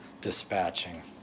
dispatching